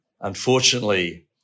Unfortunately